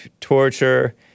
torture